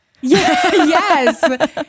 yes